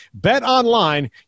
BetOnline